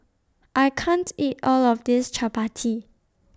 I can't eat All of This Chappati